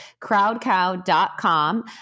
crowdcow.com